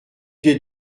des